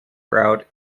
route